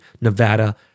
Nevada